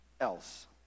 else